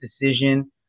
decision